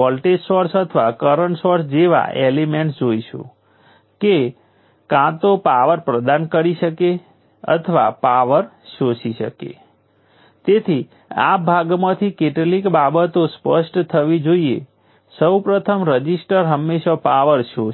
voltage voltage સોર્સોનું series combination 5 volt છે અને તેથી અમારી પાસે 5 મિલિએમ્પ રઝિસ્ટર ઉપર જાય છે